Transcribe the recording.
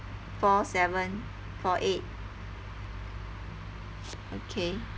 four seven four eight okay